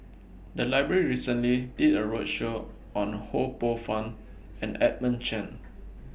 The Library recently did A roadshow on Ho Poh Fun and Edmund Chen